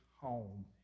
home